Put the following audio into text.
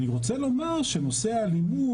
אני רוצה לומר שנושא האלימות,